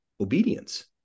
obedience